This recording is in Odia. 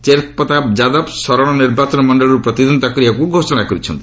ତେକ୍ ପ୍ରତାପ ଯାଦବ ଶରଣ ନିର୍ବାଚନ ମଣ୍ଡଳୀରୁ ପ୍ରତିଦ୍ୱନ୍ଦ୍ୱିତା କରିବାକୁ ଘୋଷଣା କରିଛନ୍ତି